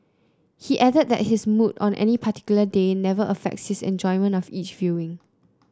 he added that his mood on any particular day never affects his enjoyment of each viewing